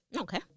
okay